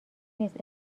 نیست